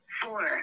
four